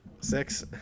six